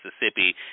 Mississippi